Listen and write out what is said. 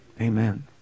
Amen